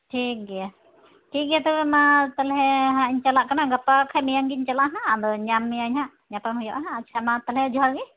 ᱴᱷᱤᱠᱜᱮᱭᱟ ᱴᱷᱤᱠᱜᱮᱭᱟ ᱛᱚᱵᱮ ᱢᱟ ᱛᱟᱦᱚᱮ ᱦᱟᱸᱜ ᱤᱧ ᱪᱟᱞᱟᱜ ᱠᱟᱱᱟ ᱜᱟᱯᱟ ᱵᱟᱠᱷᱟᱡ ᱢᱤᱭᱟᱝ ᱜᱤᱧ ᱪᱟᱞᱟᱜᱼᱟ ᱦᱟᱸᱜ ᱟᱫᱚᱧ ᱧᱟᱢ ᱢᱤᱭᱟᱹᱧ ᱦᱟᱸᱜ ᱧᱟᱯᱟᱢ ᱦᱩᱭᱩᱜᱼᱟ ᱦᱟᱸᱜ ᱟᱪᱪᱷᱟ ᱢᱟ ᱛᱟᱦᱚᱞᱮ ᱡᱚᱦᱟᱨ ᱜᱮ